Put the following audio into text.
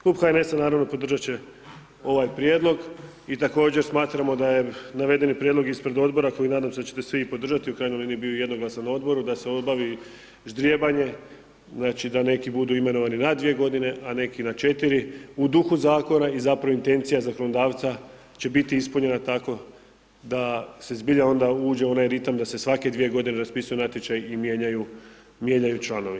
Klub HNS-a naravno podržat će ovaj prijedlog i također smatramo da je navedeni prijedlog ispred odbora koji nadam se da ćete svi podržati ovaj prijedlog i također smatramo da je navedeni prijedlog ispred odbora koji nadam se da ćete svi podržati, u krajnjoj liniji bio je jednoglasan u odboru da se obavi ždrijebanje, znači da neki budu imenovani na 2 godine, a neki na 4, u dugu zakona i zapravo intencija zakonodavca će biti ispunjena tako da se zbilja onda uđe u onaj ritam, da se svake 2 godine raspisuju natječaji i mijenjaju članovi.